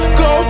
go